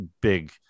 big